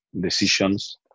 decisions